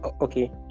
okay